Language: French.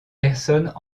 personnes